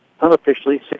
unofficially